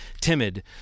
timid